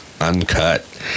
uncut